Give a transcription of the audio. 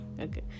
Okay